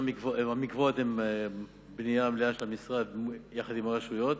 המקוואות הם בנייה מלאה של המשרד יחד עם הרשויות,